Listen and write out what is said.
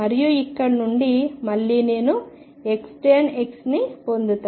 మరియు ఇక్కడ నుండి మళ్ళీ నేను Xtan X ని పొందుతాను